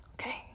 Okay